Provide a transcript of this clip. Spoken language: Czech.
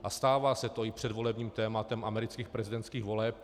A stává se to i předvolebním tématem amerických prezidentských voleb.